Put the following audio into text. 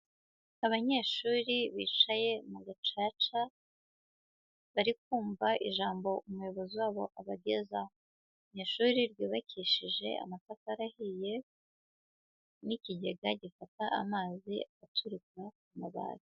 Abanyeshuri bicaye mu gacaca, bari kumva ijambo umuyobozi wabo abagezaho mu ishuri ryubakishije amatafari ahiye, n'ikigega gifata amazi aturuka ku mubati.